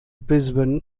brisbane